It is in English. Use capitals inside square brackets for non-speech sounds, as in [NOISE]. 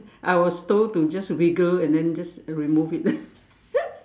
I was told to just wriggle and then just remove it [LAUGHS]